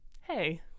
hey